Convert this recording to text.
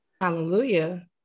hallelujah